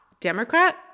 Democrat